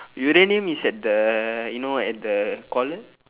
uranium is at the you know at the collar